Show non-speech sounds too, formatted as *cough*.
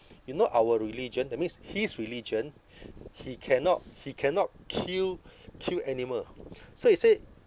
you know our religion that means his religion he cannot he cannot kill kill animal *noise* so he said